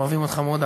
אוהבים אותך מאוד,